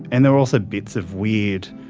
and there were also bits of weird,